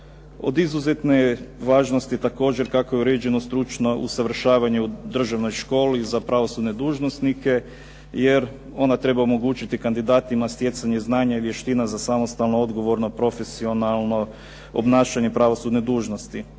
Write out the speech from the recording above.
Od izuzetne je važnosti također kako je uređeno stručno usavršavanje u državnoj školi za pravosudne dužnosnike, jer ona treba omogućiti kandidatima stjecanje i znanja i vještina za samostalno, odgovorno, profesionalno obnašanje pravosudne dužnosti.